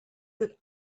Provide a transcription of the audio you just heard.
that